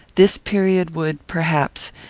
this period would, perhaps,